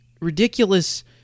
ridiculous